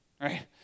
right